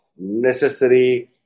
necessary